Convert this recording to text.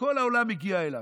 וכל העולם מגיע אליו.